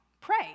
Pray